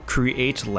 Create